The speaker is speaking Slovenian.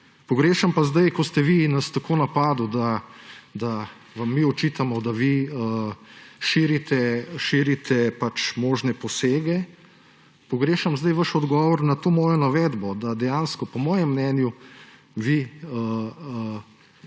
Pogrešam pa sedaj, ko ste vi nas tako napadli, da vam mi očitamo, da vi širite možne posege, pogrešam sedaj vaš odgovor na to mojo navedbo, da dejansko po mojem mnenju vi to